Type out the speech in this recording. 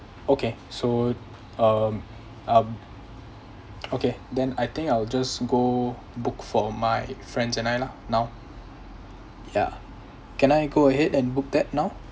okay so um um okay then I think I will just go book for my friends and I lah now ya can I go ahead and book that now